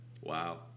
Wow